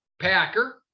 packer